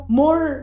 more